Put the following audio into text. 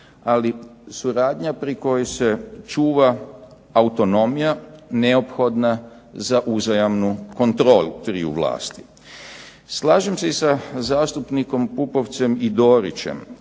ali suradnja pri kojoj se čuva autonomija neophodna za uzajamnu kontrolu triju vlasti. Slažem se i sa zastupnikom Pupovcem i Dorićem